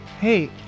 hey